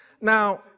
Now